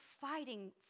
fighting